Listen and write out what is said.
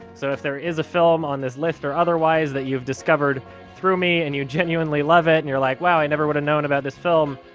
so if there is a film on this list or otherwise that you've discovered through me, and you genuinely love it and you're like wow, i never would have known about this film,